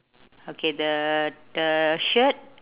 okay the the shirt